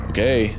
Okay